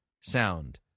sound